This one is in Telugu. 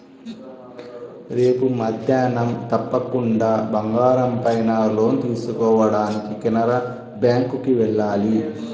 రేపు మద్దేన్నం తప్పకుండా బంగారం పైన లోన్ తీసుకోడానికి కెనరా బ్యేంకుకి వెళ్ళాలి